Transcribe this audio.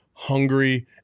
Hungry